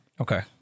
Okay